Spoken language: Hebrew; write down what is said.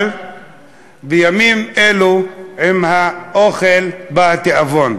אבל בימים אלו, עם האוכל בא התיאבון.